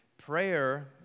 prayer